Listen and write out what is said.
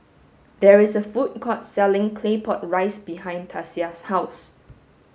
there is a food court selling claypot rice behind Tasia's house